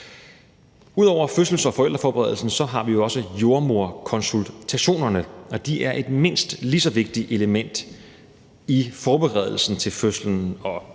Ud over fødsels- og forældreforberedelsen har vi jo også jordemoderkonsultationerne, og de er et mindst lige så vigtigt element i forberedelsen til fødslen og til livet med en